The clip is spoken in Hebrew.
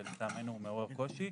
ולטעמנו הוא מעורר קושי,